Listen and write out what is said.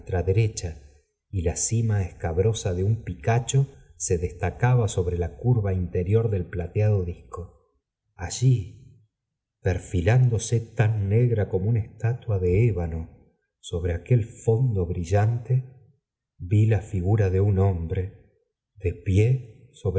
y la cima escabrosa de un picacho se destacaba sobre la curva interior del plateado disco allí perfilándose tan negra como una estatua de ébano sobre aquel fondo brillante vi la figura de un hombre de pie